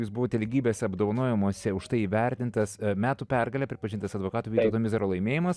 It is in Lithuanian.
jūs buvote lygybės apdovanojimuose už tai įvertintas metų pergale pripažintas advokato vytauto mizaro laimėjimas